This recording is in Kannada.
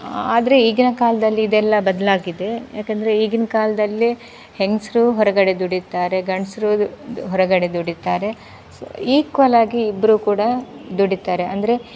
ಆದರೆ ಈಗಿನ ಕಾಲದಲ್ಲಿ ಇದೆಲ್ಲ ಬದಲಾಗಿದೆ ಯಾಕಂದರೆ ಈಗಿನ ಕಾಲದಲ್ಲಿ ಹೆಂಗಸ್ರು ಹೊರಗಡೆ ದುಡಿತಾರೆ ಗಂಡಸ್ರು ಹೊರಗಡೆ ದುಡಿತಾರೆ ಸೊನ ಈಕ್ವಲಾಗಿ ಇಬ್ಬರು ಕೂಡ ದುಡಿತಾರೆ ಅಂದರೆ